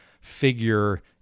figure